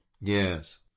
Yes